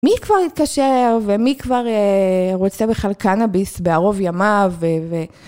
מי כבר יתקשר ומי כבר רוצה בכלל קנאביס בערוב ימיו ו...